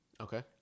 Okay